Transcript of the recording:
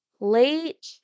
Late